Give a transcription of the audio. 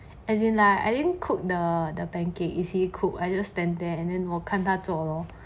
as in like I didn't cook the the pancake is he cook I just stand there and then 我看他做 lor